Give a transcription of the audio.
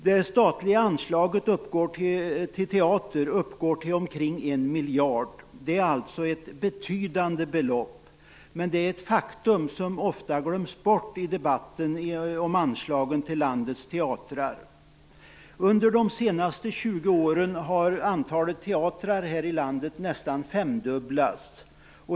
Det statliga anslaget till teater uppgår till omkring en miljard. Det är alltså ett betydande belopp, men det är ett faktum som ofta glöms bort i debatten om anslag till landets teatrar. Under de senaste 20 åren har antalet teatrar här i landet nästan femdubblats.